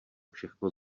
všechno